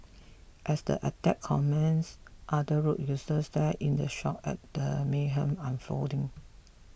as the attack commences other road users stared in shock at the mayhem unfolding